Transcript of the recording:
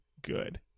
good